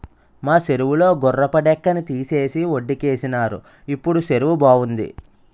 మా సెరువు లో గుర్రపు డెక్కని తీసేసి వొడ్డుకేసినారు ఇప్పుడు సెరువు బావుంది